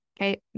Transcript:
okay